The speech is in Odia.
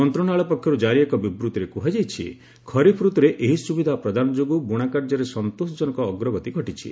ମନ୍ତ୍ରଣାଳୟ ପକ୍ଷରୁ ଜାରି ଏକ ବିବୃତ୍ତିରେ କୁହାଯାଇଛି ଖରିଫ୍ ରତ୍ରରେ ଏହି ସୁବିଧା ପ୍ରଦାନ ଯୋଗୁଁ ବୁଣାକାର୍ଯ୍ୟରେ ସନ୍ତୋଷଜନକ ଅଗ୍ରଗତି ଘଟିଛି